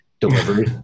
delivery